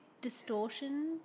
distortion